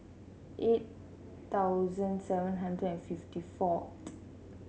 eight thousand seven hundred and fifty fourth